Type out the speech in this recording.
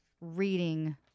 reading